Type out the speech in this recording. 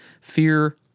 Fear